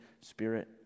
Spirit